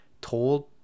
told